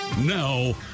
Now